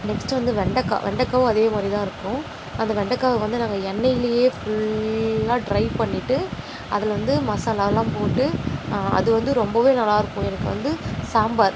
next வந்து வெண்டக்காய் வெண்டைக்காவும் அதே மாதிரி தான் இருக்கும் அந்த வெண்டைக்காவ வந்து நாங்கள் எண்ணெயிலியே ஃபுல்லாக டிரை பண்ணிவிட்டு அதில் வந்து மசாலாவெலாம் போட்டு அது வந்து ரொம்பவே நல்லாயிருக்கும் எனக்கு வந்து சாம்பார்